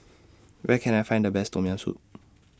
Where Can I Find The Best Tom Yam Soup